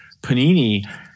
Panini